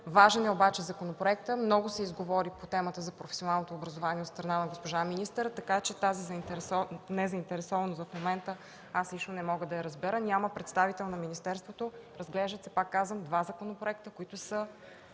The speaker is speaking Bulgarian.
важен е законопроектът. Много се изговори по темата за професионалното образование от страна на госпожа министъра, така че тази незаинтересованост в момента аз лично не мога да я разбера. Няма представител на министерството, а се разглеждат, пак казвам, два законопроекта, които са...